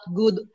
good